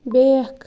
بیٛاکھ